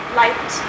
light